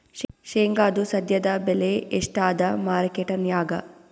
ಶೇಂಗಾದು ಸದ್ಯದಬೆಲೆ ಎಷ್ಟಾದಾ ಮಾರಕೆಟನ್ಯಾಗ?